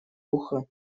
ухо